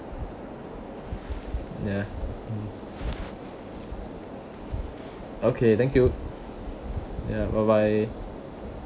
ya mm okay thank you ya bye bye